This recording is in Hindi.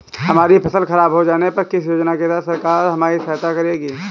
हमारी फसल खराब हो जाने पर किस योजना के तहत सरकार हमारी सहायता करेगी?